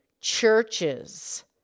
churches